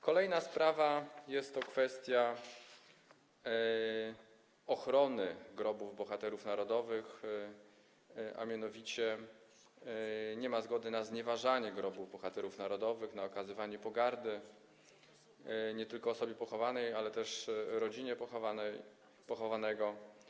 Kolejna sprawa to kwestia ochrony grobów bohaterów narodowych, a mianowicie nie ma zgody na znieważanie grobów bohaterów narodowych, na okazywanie pogardy nie tylko osobie pochowanej, ale też rodzinie pochowanego.